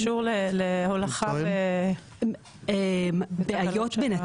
הם אומרים שזה יותר קשור להולכה --- בעיות בנתג"ז?